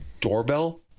doorbell